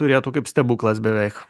turėtų kaip stebuklas beveik